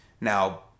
Now